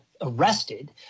arrested